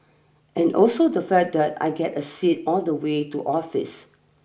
and also the fact that I get a seat all the way to office